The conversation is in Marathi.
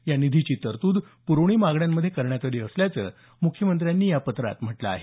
या निधीची तरतूद पुरवणी मागण्यांमध्ये करण्यात आली असल्याचं मुख्यमंत्र्यांनी या पत्रात म्हटलं आहे